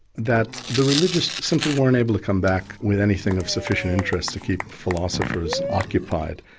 that the religious simply weren't able to come back with anything of sufficient interest to keep philosophers occupied,